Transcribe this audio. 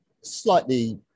slightly